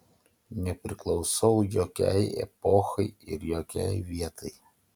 nepriklausau jokiai epochai ir jokiai vietai